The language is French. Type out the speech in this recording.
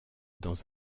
dans